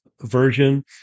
version